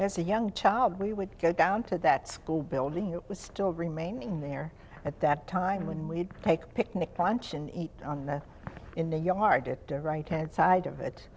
as a young child we would go down to that school building it was still remaining there at that time when we'd take picnic lunch in a town that's in the yard at their right hand side of it